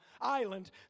Island